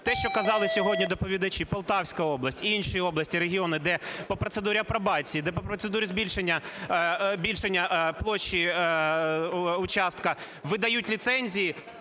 Те, що казали сьогодні доповідачі, Полтавська область, інші області, регіони, де про процедурі апробації, де по процедурі збільшення площі участка видають ліценції,